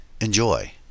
Enjoy